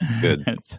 Good